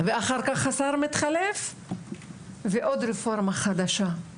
ואחר כך השר מתחליף ויש עוד רפורמה חדשה.